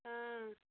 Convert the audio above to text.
हाँ